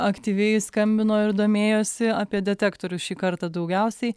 aktyviai skambino ir domėjosi apie detektorius šį kartą daugiausiai